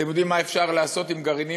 אתם יודעים מה אפשר לעשות עם גרעינים